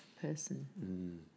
person